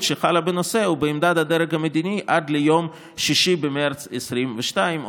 שחלה בנושא ובעמדת הדרג המדיני עד ליום 6 במרץ 2022,